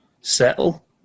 settle